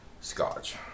Scotch